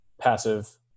passive